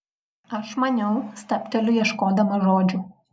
aš maniau stabteliu ieškodama žodžių